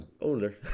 older